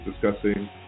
discussing